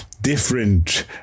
different